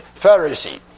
Pharisee